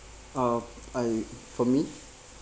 uh I for me